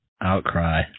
outcry